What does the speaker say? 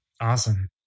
Awesome